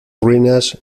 ruinas